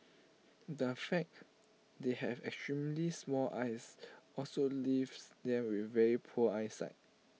the fact they have extremely small eyes also leaves them with very poor eyesight